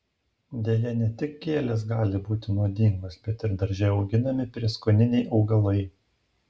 deja ne tik gėlės gali būti nuodingos bet ir darže auginami prieskoniniai augalai